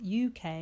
uk